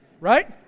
Right